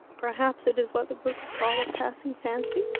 perhaps it is what the books call a passing fancy?